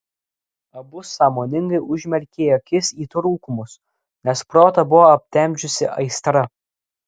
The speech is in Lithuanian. abu sąmoningai užmerkė akis į trūkumus nes protą buvo aptemdžiusi aistra